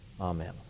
Amen